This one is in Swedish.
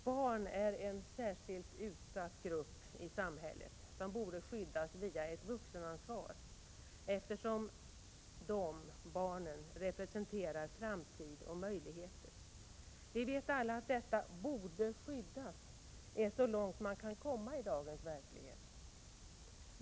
Barnen är en särskilt utsatt grupp i samhället, som borde skyddas via ett vuxenansvar, eftersom de representerar framtid och möjligheter. Vi vet alla att detta ”borde skyddas” är så långt man kan komma i dagens verklighet.